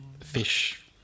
fish